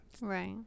right